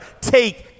Take